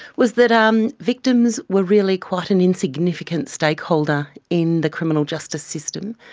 was that um victims were really quite an insignificant stakeholder in the criminal justice system,